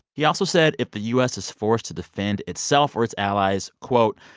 he also said, if the u s. is forced to defend itself or its allies, quote,